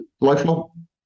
lifelong